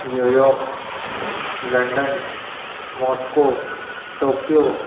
New York London Moscow Tokyo